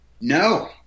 No